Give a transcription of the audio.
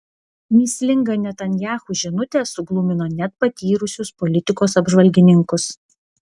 mįslinga netanyahu žinutė suglumino net patyrusius politikos apžvalgininkus